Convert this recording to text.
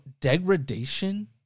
degradation